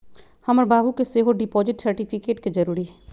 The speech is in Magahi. हमर बाबू के सेहो डिपॉजिट सर्टिफिकेट के जरूरी हइ